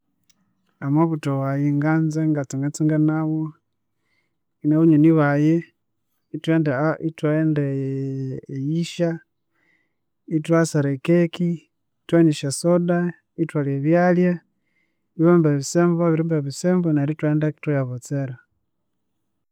Amabuthwa wayi nganza ingatsangatsanga nawu nabanyonyi bayi. Ithwanda out- ithwaghenda eyihya ithwasara ecake. Ithwanywa nesyasoda, ithwalya ebyalya, ibamba ebisembo, babirimba ebisembo neryu ithwaghenda eka ithwaya botsera